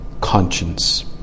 conscience